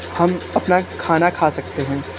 हम अपना खाना खा सकते हैं